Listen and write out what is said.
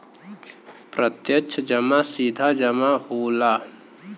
प्रत्यक्ष जमा सीधा जमा होला